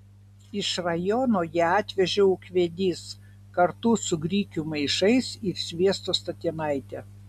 iš rajono ją atvežė ūkvedys kartu su grikių maišais ir sviesto statinaite